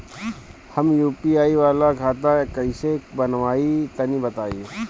हम यू.पी.आई वाला खाता कइसे बनवाई तनि बताई?